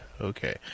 okay